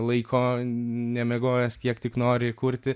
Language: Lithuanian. laiko nemiegojęs kiek tik nori kurti